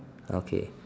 okay